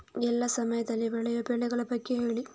ಎಲ್ಲಾ ಸಮಯದಲ್ಲಿ ಬೆಳೆಯುವ ಬೆಳೆಗಳ ಬಗ್ಗೆ ಹೇಳಿ